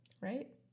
right